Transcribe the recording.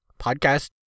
Podcast